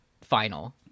final